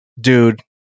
dude